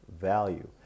value